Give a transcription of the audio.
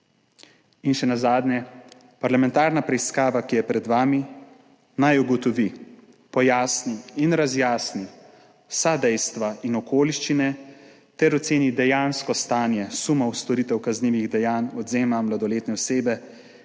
In še nazadnje, parlamentarna preiskava, ki je pred vami, naj ugotovi, pojasni in razjasni vsa dejstva in okoliščine ter oceni dejansko stanje sumov storitev kaznivih dejanj odvzema mladoletne osebe,